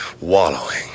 wallowing